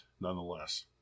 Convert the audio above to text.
nonetheless